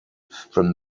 from